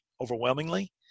overwhelmingly